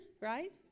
right